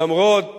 למרות